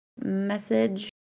message